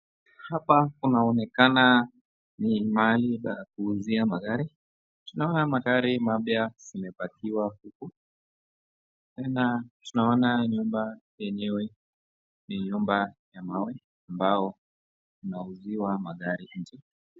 Hapa inaonekana ni pahali pa kuuzia magari. Naona magari mapya zimepakiwa huku. Tena naona nyumba yenyewe ni nyumba ya mawe ambao unauziwa magari hizi.